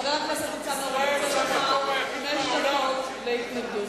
חבר הכנסת ניצן הורוביץ, יש לך חמש דקות להתנגדות.